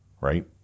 right